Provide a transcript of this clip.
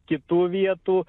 kitų vietų